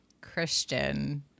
Christian